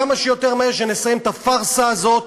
כמה שיותר מהר שנסיים את הפארסה הזאת,